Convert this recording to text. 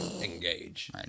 engage